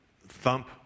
thump